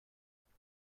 داشته